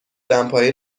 دمپایی